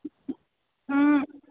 हुँ